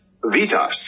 VITAS